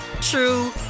true